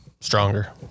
stronger